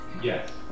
Yes